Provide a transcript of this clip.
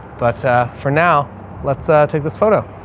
but ah, for now let's ah take this photo,